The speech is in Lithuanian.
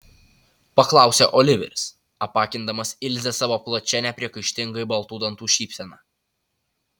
paklausė oliveris apakindamas ilzę savo plačia nepriekaištingai baltų dantų šypsena